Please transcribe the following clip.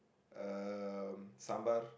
um sambal